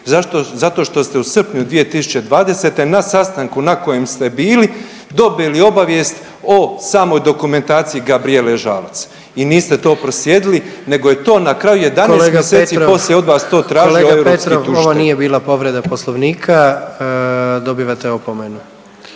Zato što ste u srpnju 2020. na sastanku na kojem ste bili dobili obavijest o samoj dokumentaciji Gabrijele Žalac i niste to proslijedili nego je to na kraju 11 mjeseci …/Upadica: Kolega Petrov./… poslije od vas to tražio europski tužitelj. **Jandroković, Gordan (HDZ)** Kolega Petrov ovo nije bila povreda Poslovnika, dobivate opomenu.